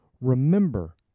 Remember